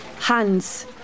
Hands